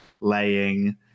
laying